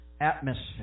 atmosphere